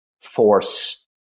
force